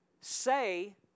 say